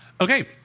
Okay